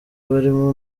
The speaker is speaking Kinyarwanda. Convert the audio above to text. barimo